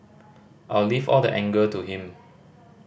I'll leave all the anger to him